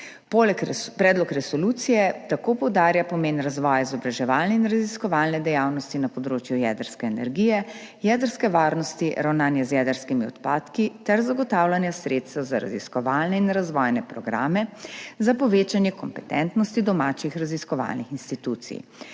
Predlog resolucije tako poudarja pomen razvoja izobraževalne in raziskovalne dejavnosti na področju jedrske energije, jedrske varnosti, ravnanja z jedrskimi odpadki ter zagotavljanja sredstev za raziskovalne in razvojne programe za povečanje kompetentnosti domačih raziskovalnih institucij.